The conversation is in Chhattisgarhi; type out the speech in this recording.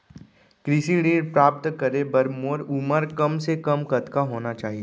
कृषि ऋण प्राप्त करे बर मोर उमर कम से कम कतका होना चाहि?